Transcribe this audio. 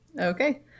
Okay